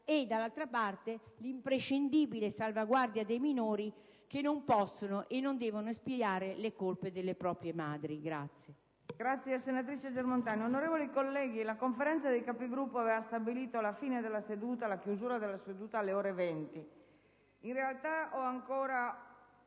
e, dall'altra parte, l'imprescindibile salvaguardia dei minori, che non possono e non devono espiare le colpe delle proprie madri.